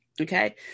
Okay